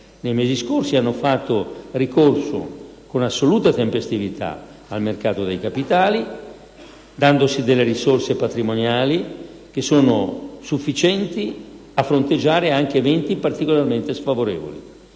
nei mesi scorsi hanno fatto ricorso con assoluta tempestività al mercato dei capitali, dotandosi delle risorse patrimoniali sufficienti a fronteggiare anche eventi particolarmente sfavorevoli